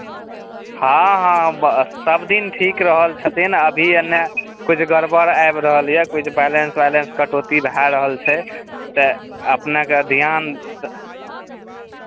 हँ हँ सभदिन ठीक रहल छथिन अभी एन्नऽ किछु गड़बड़ आबि रहल यए किछु बैलेन्स वैलेंस कटौती भए रहल छै तऽ अपनेक ध्यान